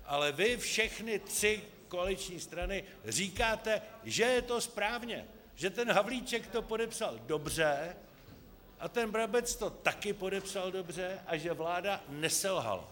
Ale vy všechny tři koaliční strany říkáte, že je to správně, že ten Havlíček to podepsal dobře a ten Brabec to taky podepsal dobře a že vláda neselhala.